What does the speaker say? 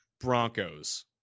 Broncos